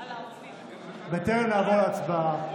בטרם נעבור להצבעה,